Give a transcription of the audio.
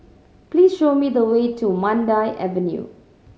please show me the way to Mandai Avenue